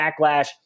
backlash